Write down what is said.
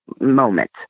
moment